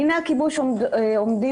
דיני הכיבוש עומדים,